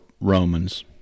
Romans